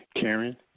Karen